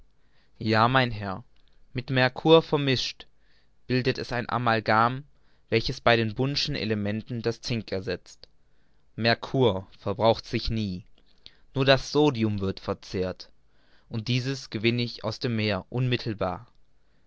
ja mein herr mit merkur vermischt bildet es ein amalgam welches bei den bunsen'schen elementen das zink ersetzt merkur verbraucht sich nie nur das sodium wird verzehrt und dieses gewinne ich aus dem meer unmittelbar